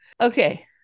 Okay